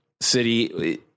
city